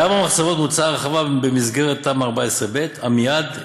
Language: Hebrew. לארבע מחצבות מוצעת הרחבה במסגרת תמ"א 14: עמיעד,